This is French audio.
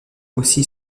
aussi